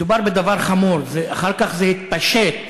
מדובר בדבר חמור, אחר כך זה התפשט,